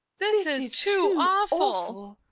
this is too awful.